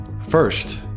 first